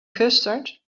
custard